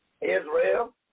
Israel